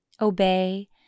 Obey